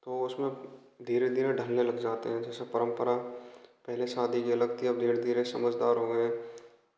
तो इसमें धीरे धीरे ढलने लग जाते हैं जैसे परम्परा शादी की अलग थी अब धीरे धीरे समझदार हो गये हैं